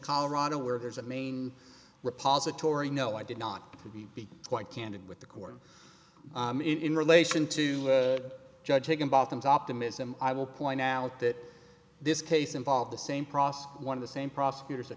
colorado where there's a main repository no i did not to be quite candid with the court in relation to judge taken bottoms optimism i will point out that this case involved the same process one of the same prosecutors a